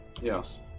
Yes